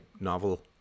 novel